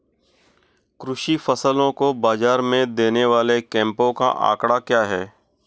कृषि फसलों को बाज़ार में देने वाले कैंपों का आंकड़ा क्या है?